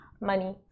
money